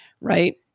right